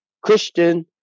Christian